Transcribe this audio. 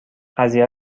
قضیه